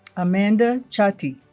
amanda chatee